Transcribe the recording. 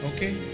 Okay